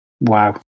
Wow